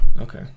Okay